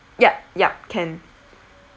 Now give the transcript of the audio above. yup yup can